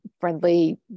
friendly